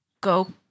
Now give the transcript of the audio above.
Go